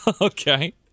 okay